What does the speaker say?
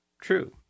True